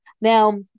Now